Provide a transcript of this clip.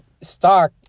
stock